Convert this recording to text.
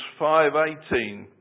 5.18